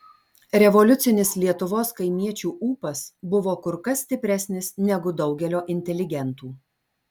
revoliucinis lietuvos kaimiečių ūpas buvo kur kas stipresnis negu daugelio inteligentų